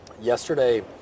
yesterday